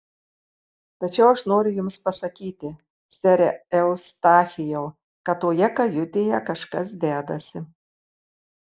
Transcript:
tačiau aš noriu jums pasakyti sere eustachijau kad toje kajutėje kažkas dedasi